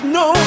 no